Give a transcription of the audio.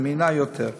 זמינה יותר.